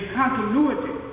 continuity